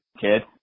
kid